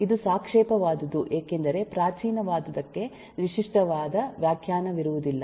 ಇದು ಸಾಪೇಕ್ಷವಾದುದು ಏಕೆಂದರೆ ಪ್ರಾಚೀನವಾದುದಕ್ಕೆ ವಿಶಿಷ್ಟವಾದ ವ್ಯಾಖ್ಯಾನವಿರುವುದಿಲ್ಲ